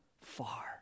far